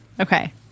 Okay